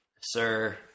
sir